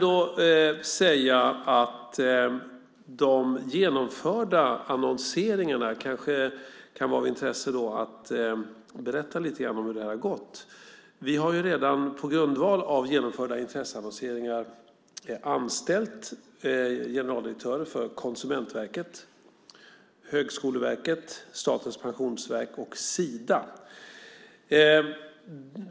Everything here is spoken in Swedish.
Det kan kanske vara av intresse att berätta lite grann om hur det har gått med de genomförda annonseringarna. Vi har ju redan på grundval av genomförda intresseannonseringar anställt generaldirektörer för Konsumentverket, Högskoleverket, Statens pensionsverk och Sida.